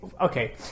Okay